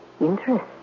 Interest